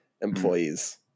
employees